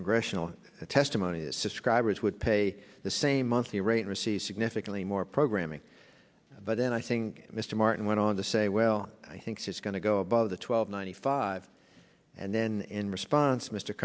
congressional testimony scriber it would pay the same monthly rate receives significantly more programming but then i think mr martin went on to say well i think it's going to go above the twelve ninety five and then in response m